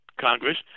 Congress